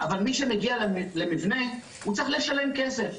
אבל מי שמגיע למבנה צריך לשלם כסף.